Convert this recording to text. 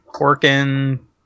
working